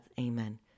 Amen